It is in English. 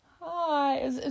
hi